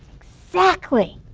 exactly.